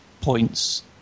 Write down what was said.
points